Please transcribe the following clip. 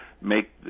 make –